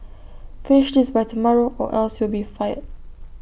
finish this by tomorrow or else you'll be fired